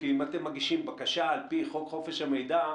כי אם אתם מגישים בקשה על פי חוק חופש המידע,